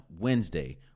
Wednesday